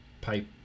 pipe